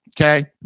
okay